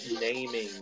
naming